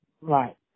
Right